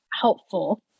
helpful